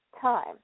time